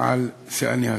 על שיאני השכר,